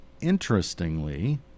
interestingly